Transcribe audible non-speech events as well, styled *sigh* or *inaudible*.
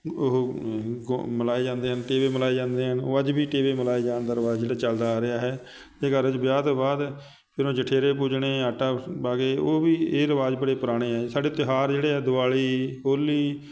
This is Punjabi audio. ਉਹ ਗੋ ਮਿਲਾਏ ਜਾਂਦੇ ਹਨ ਟੇਵੇ ਮਿਲਾਏ ਜਾਂਦੇ ਹਨ ਉਹ ਅੱਜ ਵੀ ਟੇਵੇ ਮਿਲਾਏ ਜਾਣ ਦਾ ਰਿਵਾਜ਼ ਜਿਹੜਾ ਚੱਲਦਾ ਆ ਰਿਹਾ ਹੈ *unintelligible* ਵਿਆਹ ਤੋਂ ਬਾਅਦ *unintelligible* ਜਠੇਰੇ ਪੂਜਣੇ ਆਟਾ ਪਾ ਕੇ ਉਹ ਵੀ ਇਹ ਰਿਵਾਜ਼ ਬੜੇ ਪੁਰਾਣੇ ਹੈ ਸਾਡੇ ਤਿਉਹਾਰ ਜਿਹੜੇ ਹੈ ਦਿਵਾਲੀ ਹੋਲੀ